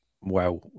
wow